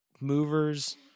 movers